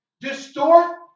distort